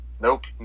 Nope